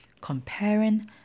comparing